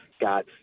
got